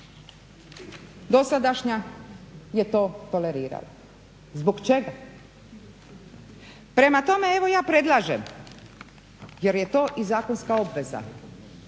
dosadašnja je to tolerirala. Zbog čega? Prema tome evo ja predlažem jer je to i zakonska obveza